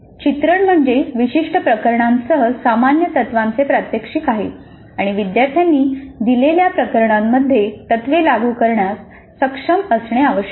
चित्रण म्हणजे विशिष्ट प्रकरणांसह सामान्य तत्वांचे प्रात्यक्षिक आहे आणि विद्यार्थ्यांनी दिलेल्या प्रकरणांमध्ये तत्त्वे लागू करण्यात सक्षम असणे आवश्यक आहे